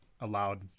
allowed –